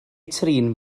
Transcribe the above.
trin